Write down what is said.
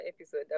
episode